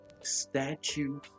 Statue